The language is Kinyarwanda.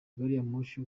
gariyamoshi